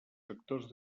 sectors